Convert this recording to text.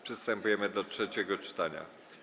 Przystępujemy do trzeciego czytania.